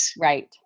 Right